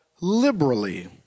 liberally